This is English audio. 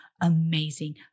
amazing